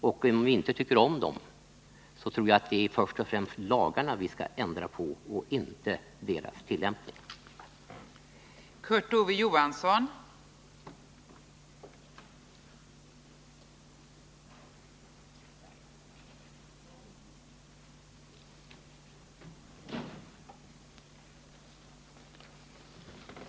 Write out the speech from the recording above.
Tycker vi inte om dem så får vi väl ändra på dem. Däremot skall vi inte tillämpa de lagar som gäller på ett felaktigt sätt.